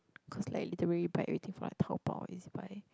cause like I literally buy everything from like Taobao or Ezbuy